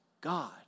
God